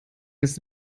ist